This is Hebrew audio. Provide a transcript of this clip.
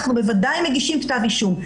אנחנו בוודאי מגישים כתב אישום.